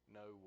no